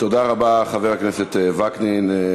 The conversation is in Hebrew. תודה רבה, חבר הכנסת וקנין.